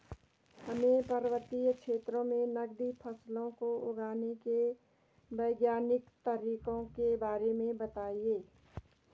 हमें पर्वतीय क्षेत्रों में नगदी फसलों को उगाने के वैज्ञानिक तरीकों के बारे में बताइये?